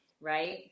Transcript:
right